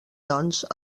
doncs